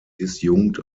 disjunkt